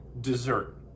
dessert